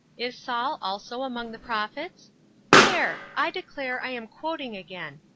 is saul also among the prophets there! i declare, i am quoting again.